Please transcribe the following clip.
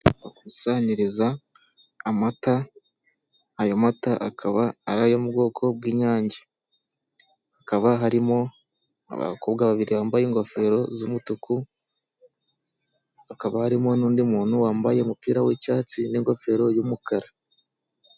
Kusanyiriza amata ayo mata akaba ari ayo mu bwoko bw'inyange, hakaba harimo abakobwa babiri bambaye ingofero z'umutuku hakaba harimo n'undi muntu wambaye umupira w'icyatsi n'ingofero y'umukara.